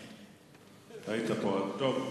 טוב.